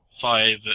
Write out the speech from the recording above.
five